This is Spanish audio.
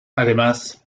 además